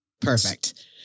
Perfect